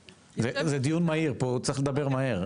זה דיון מהיר פה צריך לדבר מהר.